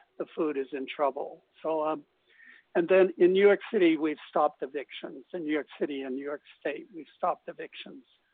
the food is in trouble. so um and then in new york city, we've stopped evictions. in and new york city and new york state, we've stopped evictions.